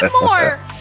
more